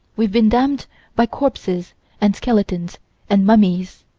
we've been damned by corpses and skeletons and mummies,